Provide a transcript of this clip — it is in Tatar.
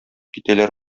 китәләр